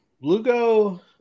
Lugo